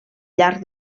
llarg